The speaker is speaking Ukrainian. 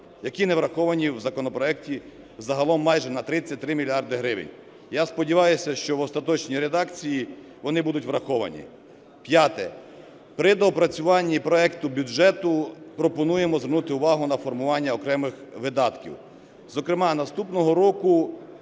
які не враховані в законопроекті, загалом майже на 33 мільярди гривень. Я сподіваюся, що в остаточній редакції вони будуть враховані. П'яте. При доопрацюванні проекту бюджету пропонуємо звернути увагу на формування окремих видатків. Зокрема, наступного року